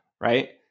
Right